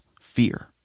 fear